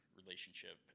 relationship